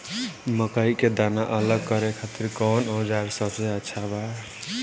मकई के दाना अलग करे खातिर कौन औज़ार सबसे अच्छा बा?